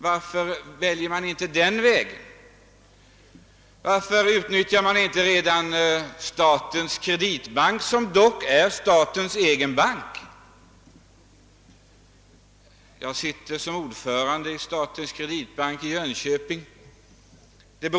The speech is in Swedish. Varför följer man inte den vägen? Varför utnyttjar man inte Sveriges kreditbank, som dock är statens egen bank? Jag sitter för min del som ordförande i lokalstyrelsen för Sveriges kreditbanks avdelningskontor i Jönköping.